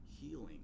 healing